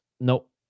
nope